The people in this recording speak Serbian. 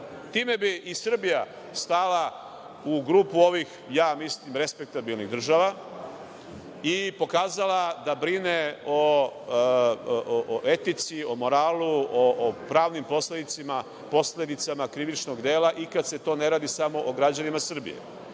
Time bi i Srbija stala u grupu ovih, ja mislim, respektabilnih država, i pokazala da brine o etici, o moralu, o pravnim posledicama krivičnog dela i kada se ne radi smo o građanima